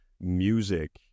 music